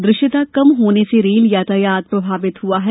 दृश्यता कम होने से रेल यातायात प्रभावित हुआ है